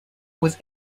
was